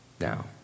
Now